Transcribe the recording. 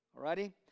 Alrighty